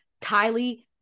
Kylie